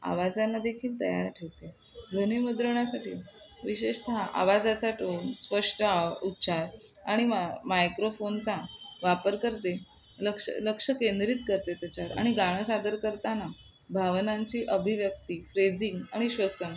आवाजाला देखील तयार ठेवते ध्वनि मुद्रणासाठी विशेषतः आवाजाचा टोन स्पष्ट उच्चार आणि मा मायक्रोफोनचा वापर करते लक्ष लक्ष केंद्रित करते त्याच्यावर आणि गाणं सादर करताना भावनांची अभिव्यक्ती फ्रेझिंग आणि श्वसन